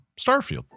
Starfield